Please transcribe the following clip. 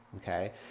Okay